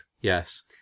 Yes